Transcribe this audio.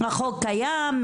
החוק קיים,